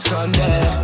Sunday